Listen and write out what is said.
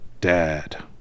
Dad